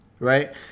right